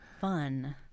fun